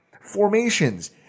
Formations